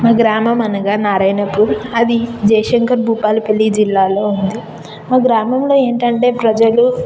మా గ్రామం అనగా నారాయణపూర్ అది జయశంకర్ భూపాలపల్లి జిల్లాలో ఉంది ఆ గ్రామంలో ఏంటంటే ప్రజలు